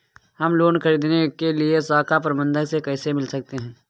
हम लोन ख़रीदने के लिए शाखा प्रबंधक से कैसे मिल सकते हैं?